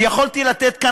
ויכולתי לתת כאן,